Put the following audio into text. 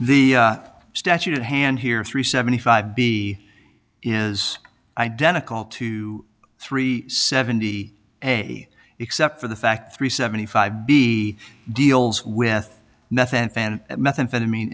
the statute at hand here three seventy five b is identical to three seventy a except for the fact three seventy five b deals with nothing fan methamphetamine